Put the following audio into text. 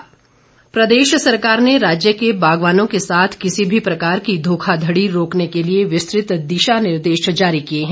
निर्देश प्रदेश सरकार ने राज्य के बागवानों के साथ किसी भी प्रकार की धोखाधड़ी रोकने के लिए विस्तृत दिशा निर्देश जारी किए हैं